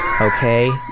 okay